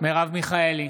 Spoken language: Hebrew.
מרב מיכאלי,